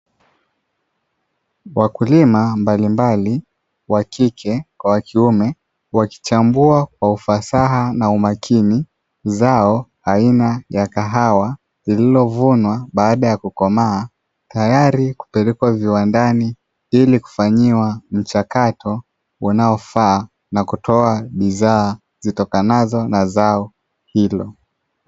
Wakulima mbalimbali wakike kwa wakiume wakichambua kwa ufasaha na umakini zao aina ya kahawa, lililovunwa baada ya kukomaa tayari kupelekwa viwandani ili kufanyiwa mchakato unaofaa na kutoa bidhaa zitokanazo na zao hilo.